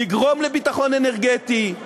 לגרום לביטחון אנרגטי,